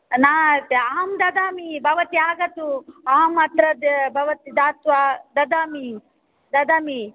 नास्ति अहं ददामि भवती आगच्छतु अहम् अत्र द भवत् दात्वा ददामि ददामि